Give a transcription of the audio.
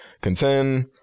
contend